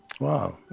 Wow